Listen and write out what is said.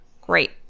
Great